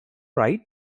ride